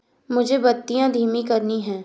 मुझे बत्तियाँ धीमी करनी हैं